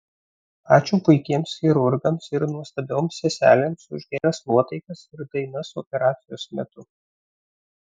ačiū puikiems chirurgams ir nuostabioms seselėms už geras nuotaikas ir dainas operacijos metu